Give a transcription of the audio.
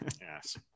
Yes